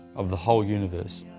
of the whole universe.